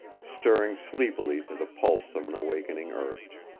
stirring sleepily to the pulse of an awakening earth.